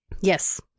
Yes